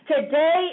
Today